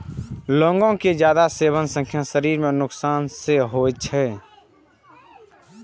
लौंग के जादे सेवन सं शरीर कें नुकसान सेहो होइ छै